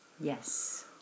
Yes